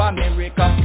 America